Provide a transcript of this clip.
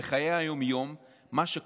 בחיי היום-יום, כל